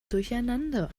durcheinander